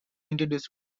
introduced